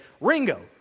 Ringo